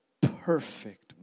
perfect